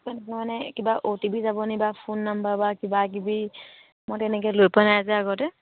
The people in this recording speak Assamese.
মানে কিবা অ'টিপি যাব নি বা ফোন নাম্বাৰ বা কিবা কিবি মই তেনেকে লৈ পোৱা নাই যে আগতে